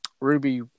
Ruby